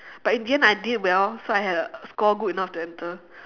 but in the end I did well so I had a score good enough to enter